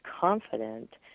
confident